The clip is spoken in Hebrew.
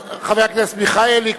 חבר הכנסת מיכאלי,